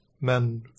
men